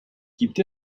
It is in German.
gibt